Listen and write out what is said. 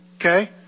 Okay